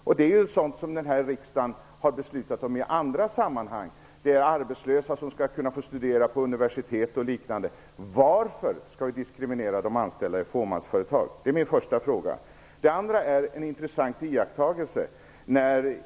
Riksdagen har i andra sammanhang beslutat om att arbetslösa skall kunna få studera på universitet osv. Varför skall vi diskriminera de anställa i fåmansföretag? Det är min första fråga. Jag har vidare gjort en intressant iakttagelse.